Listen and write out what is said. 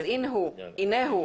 הנה הוא.